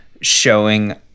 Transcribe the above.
showing